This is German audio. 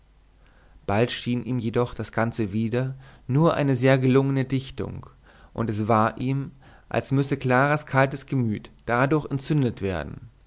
bald schien ihm jedoch das ganze wieder nur eine sehr gelungene dichtung und es war ihm als müsse claras kaltes gemüt dadurch entzündet werden